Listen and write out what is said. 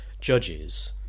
judges